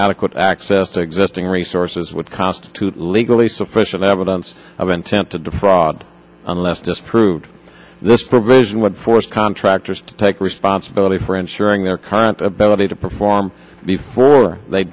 adequate access to existing resources would constitute legally sufficient evidence of intent to defraud unless disproved this provision would force contractors to take responsibility for ensuring their current ability to perform before they